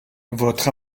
votre